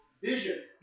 vision